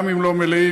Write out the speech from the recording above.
גם אם לא מלאים,